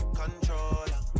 controller